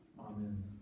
Amen